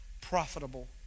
profitable